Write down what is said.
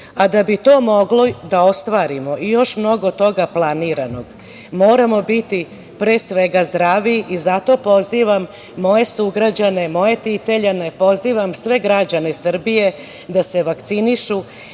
Da bi to mogli da ostvarimo i još mnogo toga planiranog moramo biti zdravi i zato pozivam moje sugrađane, moje Titeljane, pozivam sve građane Srbije da se vakcinišu,